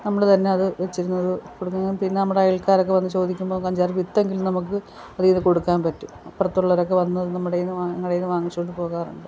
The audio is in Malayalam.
നമ്മൾ തന്നെയത് വെച്ചിരുന്നത് പിന്നെ നമ്മുടെ അയൽക്കാരൊക്കെ വന്ന് ചോദിക്കുമ്പോക്കെ അഞ്ചാറ് വിത്തെങ്കിലും നമുക്ക് അതീന്ന് കൊടുക്കാൻ പറ്റും അപുറത്തുള്ളവരൊക്കെ വന്ന് നമ്മുടെ ഞങ്ങടേന്ന് വാങ്ങിച്ചോണ്ട് പോവാറുണ്ട്